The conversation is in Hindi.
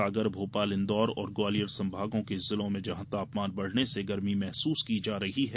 सागर भोपाल इंदौर और ग्वालियर संभागों के जिलों में जहां तापमान बढ़ने से गरमी महसूस की जा रही है